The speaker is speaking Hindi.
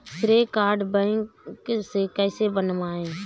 श्रेय कार्ड बैंक से कैसे बनवाएं?